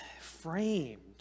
framed